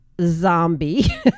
zombie